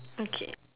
okay